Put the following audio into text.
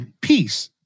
peace